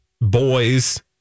boys